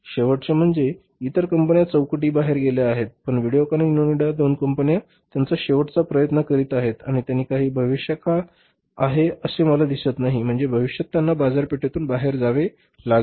शेवटचे म्हणजे इतर कंपन्या चौकटीबाहेर गेल्या आहेत पण व्हिडिओकॉन आणि ओनिडा या दोन कंपन्या त्यांचा शेवटचा प्रयत्न करीत आहेत आणि त्यांना काही भविष्यकाळ आहे असे मला दिसत नाही म्हणजेच भविष्यात त्यांना बाजारपेठेतुन बाहेर जावे लागेल